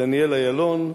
דניאל אילון,